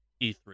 E3